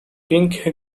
pink